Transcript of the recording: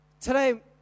Today